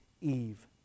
Eve